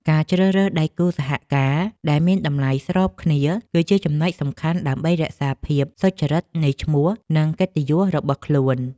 ការជ្រើសរើសដៃគូសហការដែលមានតម្លៃស្របគ្នាគឺជាចំណុចសំខាន់ដើម្បីរក្សាភាពសុចរិតនៃឈ្មោះនិងកិត្តិយសរបស់ខ្លួន។